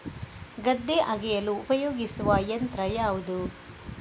ಗದ್ದೆ ಅಗೆಯಲು ಉಪಯೋಗಿಸುವ ಯಂತ್ರ ಯಾವುದು?